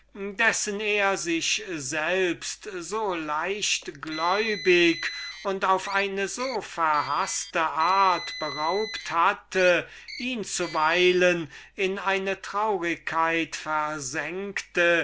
dessen er sich selbst so leichtglaubig und auf eine so verhaßte art beraubt hatte ihn zuweilen in eine traurigkeit